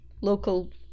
local